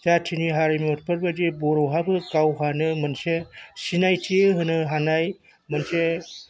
जाथिनि हारिमुफोरबायदि बर'हाबो गावहानो मोनसे सिनायथि होनो हानाय मोनसे